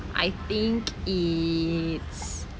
I think it's